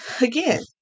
again